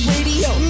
Radio